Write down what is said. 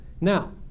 Now